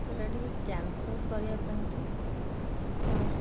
ସେଇଟା ଟିକେ କ୍ୟାନସଲ୍ କରିବା ପାଇଁକି ଚାହୁଁଛୁ